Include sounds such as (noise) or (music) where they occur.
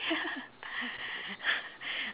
(laughs)